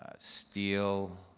ah steel.